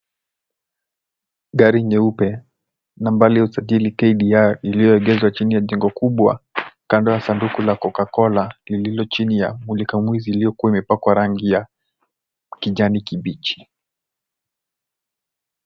Gari nyeupe, nambari ya usajili KDR, iliyoegeshwa chini ya jengo kubwa kando ya sanduku la Cocacola lililo chini ya mlika mwizi iliyokuwa imepakwa rangi ya kijani kibichi.